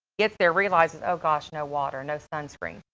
gets there realizing, oh gosh, no water, no sunscreen.